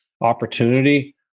opportunity